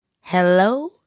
hello